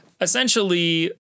essentially